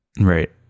Right